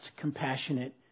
compassionate